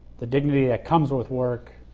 the dignity that comes with work,